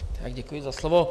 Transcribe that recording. Děkuji za slovo.